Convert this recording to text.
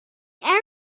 arrow